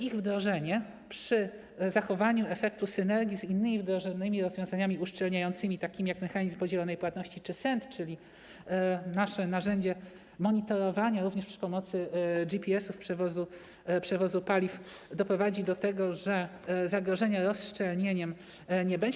Ich wdrożenie przy zachowaniu efektu synergii z innymi wdrożonymi rozwiązaniami uszczelniającymi, takimi jak mechanizm podzielonej płatności czy SENT, czyli nasze narzędzie monitorowania również przy pomocy GPS-ów przewozu paliw, doprowadzi do tego, że zagrożenia rozszczelnieniem nie będzie.